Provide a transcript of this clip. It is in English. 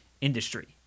industry